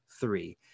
three